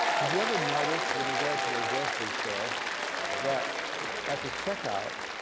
did you ever notice when you go to a grocery store that at the checkout,